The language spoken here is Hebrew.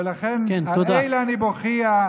ועל כן, "על אלה אני בוכִיָה".